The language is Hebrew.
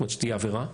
זאת אומרת שתהיה עבירה,